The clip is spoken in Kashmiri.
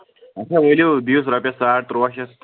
اَدٕ سا ؤلِو دِیُس رۄپیس ساڈ ترُٛواہ شیٚتھ